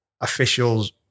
officials